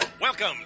Welcome